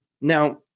Now